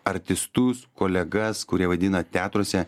artistus kolegas kurie vaidina teatruose